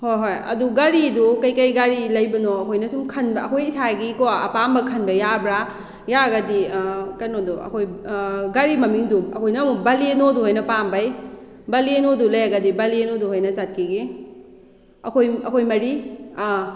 ꯍꯣꯏ ꯍꯣꯏ ꯑꯗꯨ ꯒꯥꯔꯤꯗꯨ ꯀꯩ ꯀꯩ ꯒꯥꯔꯤ ꯂꯩꯕꯅꯣ ꯑꯩꯈꯣꯏꯅ ꯁꯨꯝ ꯈꯟꯕ ꯑꯩꯈꯣꯏ ꯏꯁꯥꯒꯤꯀꯣ ꯑꯄꯥꯝꯕ ꯈꯟꯕ ꯌꯥꯕ꯭ꯔꯥ ꯌꯥꯔꯒꯗꯤ ꯀꯩꯅꯣꯗꯣ ꯑꯩꯈꯣꯏ ꯒꯥꯔꯤ ꯃꯃꯤꯡꯗꯨ ꯑꯩꯈꯣꯏꯅ ꯑꯃꯨꯛ ꯕꯥꯂꯦꯅꯣꯗꯨ ꯑꯣꯏꯅ ꯄꯥꯝꯕꯩ ꯕꯥꯂꯦꯅꯣꯗꯨ ꯂꯩꯔꯒꯗꯤ ꯕꯥꯂꯦꯅꯣꯗꯨ ꯑꯣꯏꯅ ꯆꯠꯈꯤꯒꯦ ꯑꯩꯈꯣꯏ ꯑꯩꯈꯣꯏ ꯃꯔꯤ ꯑꯥ